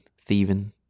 thieving